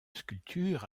sculpture